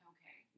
Okay